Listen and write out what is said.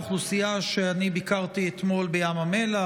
אוכלוסייה שביקרתי אתמול בים המלח,